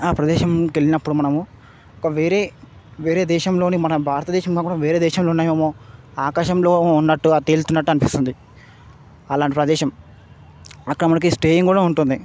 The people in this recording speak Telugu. ప్రదేశంకి కవెళ్ళినప్పుడు మనము ఒక వేరే వేరే దేశంలోని మన భారతదేశంలో కూడా వేరే దేశాలున్నాయేమో ఆకాశంలో ఉన్నట్టుగా తేలుతున్నట్టనిపిస్తుంది అలాంటి ప్రదేశం అక్కడ మనకి స్టేయింగ్ కూడా ఉంటుంది